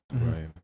Right